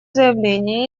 заявление